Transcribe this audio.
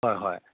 ꯍꯣꯏꯍꯣꯏ